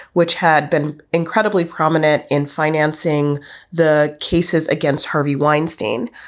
which had been incredibly prominent in financing the cases against harvey weinstein.